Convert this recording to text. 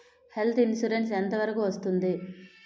Health insurance ఎంత వరకు వస్తుంది?